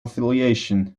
affiliation